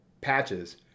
patches